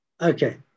Okay